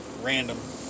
random